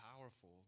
powerful